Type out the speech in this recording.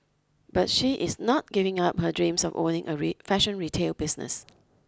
but she is not giving up her dreams of owning a real fashion retail business